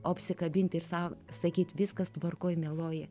o apsikabinti ir sau sakyti viskas tvarkoje mieloji